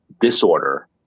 disorder